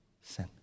sin